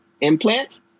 implants